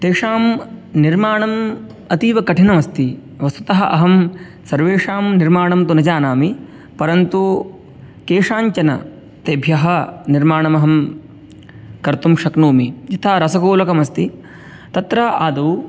तेषां निर्माणम् अतीवकठिनमस्ति वस्तुतः अहं सर्वेषां निर्माणं तु न जानामि परन्तु केषाञ्चन तेभ्यः निर्माणमहं कर्तुं शक्नोमि यथा रसगोलकमस्ति तत्र आदौ